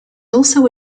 also